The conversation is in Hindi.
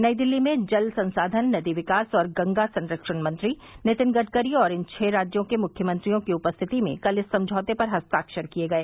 नई दिल्ली में जल संसाधन नदी विकास और गंगा संरक्षण मंत्री नितिन गडकरी और इन छह राज्यों के मुख्यमंत्रियों की उपस्थिति में कल इस समझौते पर हस्ताक्षर किए गए